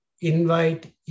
invite